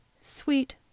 sweet